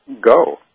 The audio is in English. go